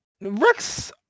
Rex